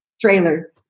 trailer